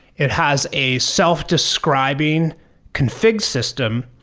it has a self-describing config system.